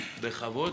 בכבוד,